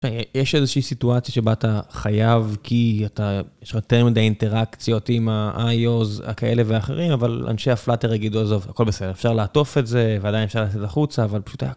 יש איזושהי סיטואציה שבה אתה חייב כי אתה, יש לך יותר מדי אינטראקציות עם ה-IOS כאלה ואחרים, אבל אנשי הפלאטר יגידו, הזאת, הכל בסדר, אפשר לעטוף את זה ועדיין אפשר לעשות את החוצה, אבל פשוט היה...